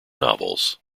novels